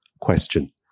question